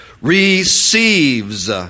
receives